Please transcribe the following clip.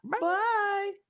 Bye